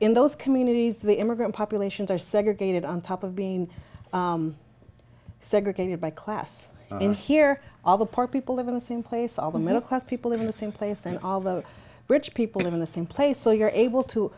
in those communities the immigrant populations are segregated on top of being segregated by class in here all the poor people live in the same place all the middle class people live in the same place and all the rich people live in the same place so you're able to